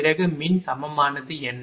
பிறகு மின் சமமானது என்ன